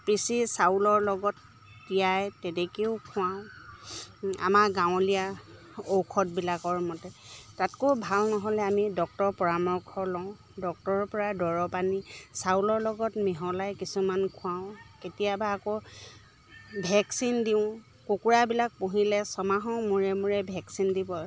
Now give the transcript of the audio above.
পিচি চাউলৰ লগত তিয়াই তেনেকৈও খুৱাওঁ আমাৰ গাঁৱলীয়া ঔষধবিলাকৰ মতে তাতকৈ ভাল নহ'লে আমি ডক্তৰৰ পৰামৰ্শ লওঁ ডক্টৰৰ পৰা দৰৱ পানী চাউলৰ লগত মিহলাই কিছুমান খুৱাওঁ কেতিয়াবা আকৌ ভেকচিন দিওঁ কুকুৰাবিলাক পুহিলে ছমাহৰ মূৰে মূৰে ভেকচিন দিব